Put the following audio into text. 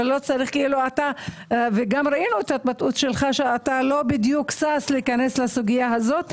וגם שמענו אותך אומר שאתה לא בדיוק שש להיכנס לסוגיה הזאת,